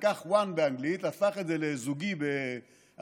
לקח one באנגלית והפך את זה לזוגי בערבית,